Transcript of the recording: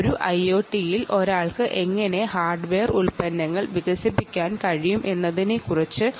ഒരു ഐഒടി ഉപയോഗിച്ച് പലതരം അപ്ലിക്കേഷനുകൾക്കായി എങ്ങനെ ഹാർഡ്വെയർ ഉൽപ്പന്നങ്ങൾ വികസിപ്പിച്ചെടുക്കാം എന്നതിനെക്കുറിച്ച് നോക്കാം